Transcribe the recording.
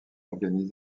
organise